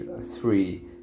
three